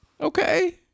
Okay